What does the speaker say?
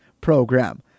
program